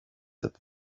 that